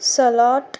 salad